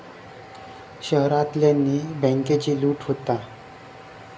शहरांतल्यानी बॅन्केची लूट होता